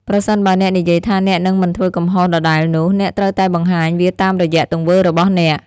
ប្រសិនបើអ្នកនិយាយថាអ្នកនឹងមិនធ្វើកំហុសដដែលនោះ អ្នកត្រូវតែបង្ហាញវាតាមរយៈទង្វើរបស់អ្នក។